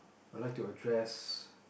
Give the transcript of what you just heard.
I'll like to address